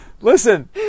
Listen